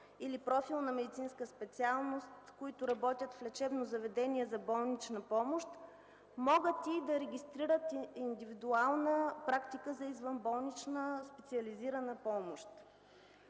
или профилна медицинска специалност, които работят в лечебно заведение за болнична помощ, могат и да регистрират индивидуална практика за извънболнична специализирана помощ.